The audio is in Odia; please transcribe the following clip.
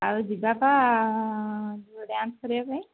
ଆଉ ଯିବା ପା ଯେଉଁ ଡ଼୍ୟାନ୍ସ କରିବା ପାଇଁ